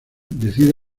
decide